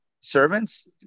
servants